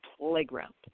playground